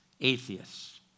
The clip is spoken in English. atheists